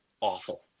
awful